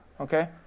okay